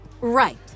Right